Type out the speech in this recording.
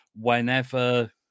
whenever